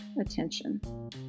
attention